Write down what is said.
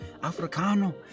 Africano